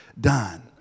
done